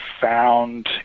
found